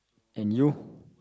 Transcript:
and you